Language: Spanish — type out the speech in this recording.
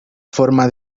forma